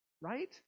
Right